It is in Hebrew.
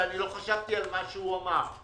ולא חשבתי על מה שהוא אמר.